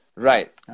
Right